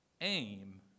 aim